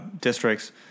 districts